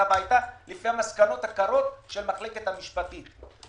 הביתה לפי המסקנות הקרות של המחלקה המשפטית.